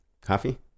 coffee